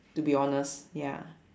to be honest ya